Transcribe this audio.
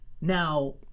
Now